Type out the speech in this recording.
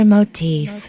Motif